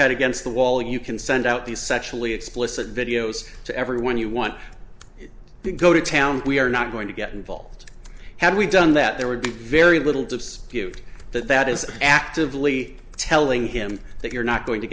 head against the wall you can send out these sexually explicit videos to everyone you want to go to town we are not going to get involved had we done that there would be very little dips that that is actively telling him that you're not going to